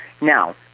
Now